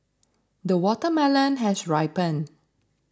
the watermelon has ripened